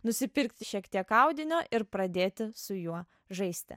nusipirkti šiek tiek audinio ir pradėti su juo žaisti